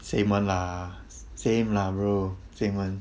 same one lah same lah bro same [one]